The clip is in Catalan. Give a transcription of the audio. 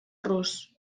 rus